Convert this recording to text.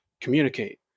Communicate